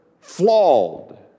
flawed